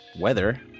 weather